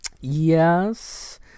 Yes